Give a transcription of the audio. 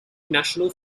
national